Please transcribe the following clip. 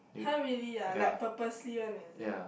[huh] really ah like purposely one is it